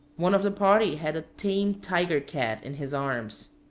one of the party had a tame tiger-cat in his arms.